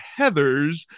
heathers